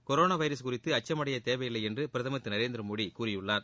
corona virus குறித்து அச்சமடையத் தேவையில்லை என்று பிரதமர் திரு நரேந்திரமோடி கூறியுள்ளார்